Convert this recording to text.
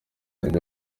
ibyo